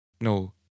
no